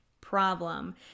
problem